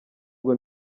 ngo